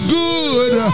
good